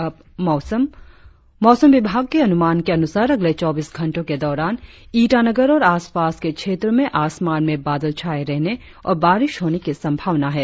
और अब मौसम मौसम विभाग के अनुमान के अनुसार अगले चौबीस घंटो के दौरान ईटानगर और आसपास के क्षेत्रो में आसमान में बादल छाये रहने और बारिश होने की संभावना है